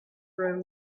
room